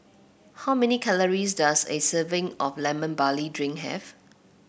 how many calories does a serving of Lemon Barley Drink have